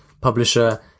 publisher